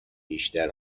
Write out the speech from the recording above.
بیشتر